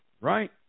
Right